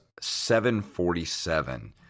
747